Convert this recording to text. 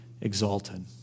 exalted